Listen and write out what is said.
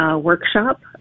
workshop